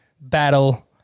battle